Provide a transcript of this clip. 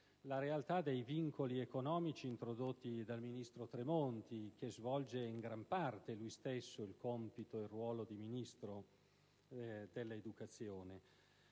è quella dei vincoli economici introdotti dal ministro Tremonti, che svolge in gran parte, lui stesso, il compito e il ruolo di Ministro dell'educazione,